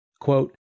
Quote